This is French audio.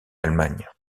allemagne